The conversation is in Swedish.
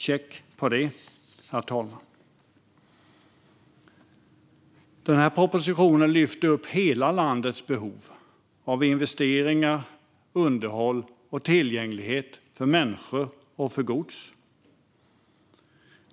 Check på det, herr talman! Den här propositionen lyfter upp hela landets behov av investeringar, underhåll och tillgänglighet för människor och för gods.